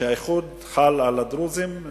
שהאיחוד חל על הדרוזים,